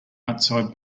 outside